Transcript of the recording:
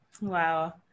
Wow